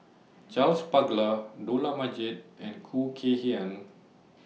Charles Paglar Dollah Majid and Khoo Kay Hian